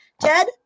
Ted